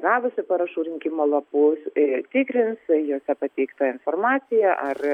gavusi parašų rinkimo lapus tikrins juose pateiktą informaciją ar